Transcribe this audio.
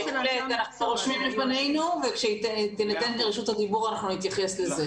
אנחנו רושמים בפנינו וכשתינתן לנו רשות הדיבור נתייחס לזה.